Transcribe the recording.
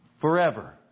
forever